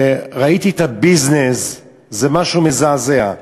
ראיתי את הביזנס, זה משהו מזעזע.